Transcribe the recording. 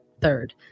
Third